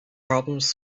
problems